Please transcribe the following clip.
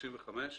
65,